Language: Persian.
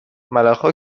ملخها